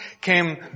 came